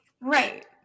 Right